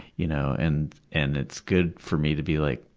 you know. and and it's good for me to be like,